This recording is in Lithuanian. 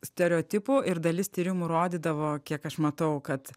stereotipų ir dalis tyrimų rodydavo kiek aš matau kad